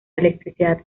electricidad